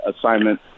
assignment